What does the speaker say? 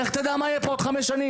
לך תדע מה יהיה פה בעוד חמש שנים.